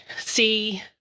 see